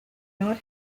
not